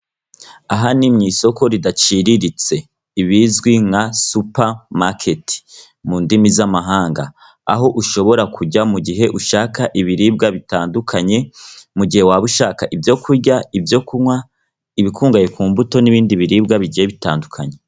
Aha ni mu isoko ridaciriritse ibizwi nka supamaketi mu ndimi z'amahanga, aho ushobora kujya mu gihe ushaka ibiribwa bitandukanye, mu gihe waba ushaka ibyo kurya, ibyo kunywa, ibikungahaye ku mbuto n'ibindi biribwa bigiye bitandukanye.